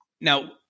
Now